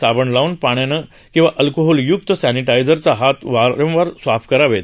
साबण लावून पाण्यानं किंवा अल्कोहोलय्क्त सॅनिटाइझरनं हात वारंवार स्वच्छ करावेत